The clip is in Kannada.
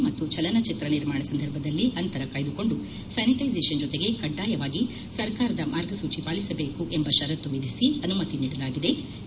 ವಿ ಮತ್ತು ಚಲನಚಿತ್ರ ನಿರ್ಮಾಣ ಸಂದರ್ಭದಲ್ಲಿ ಅಂತರ ಕಾಯ್ದುಕೊಂದು ಸ್ಯಾನಿಟೈಜೇಷನ್ ಜೊತೆಗೆ ಕಡ್ಡಾಯವಾಗಿ ಸರ್ಕಾರದ ಮಾರ್ಗಸೂಚಿ ಪಾಲಿಸಬೇಕು ಎಂಬ ಷರತ್ತು ವಿಧಿಸಿ ಅನುಮತಿ ನೀಡಲಾಗಿದೆ ಎಂದು ಸಚಿವಾಲಯ ತಿಳಿಸಿದೆ